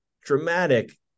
dramatic